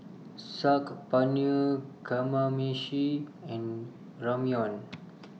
Saag Paneer Kamameshi and Ramyeon